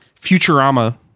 futurama